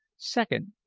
second,